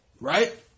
right